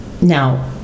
Now